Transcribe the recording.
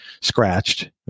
scratched